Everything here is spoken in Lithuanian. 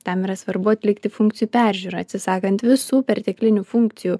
tam yra svarbu atlikti funkcijų peržiūrą atsisakant visų perteklinių funkcijų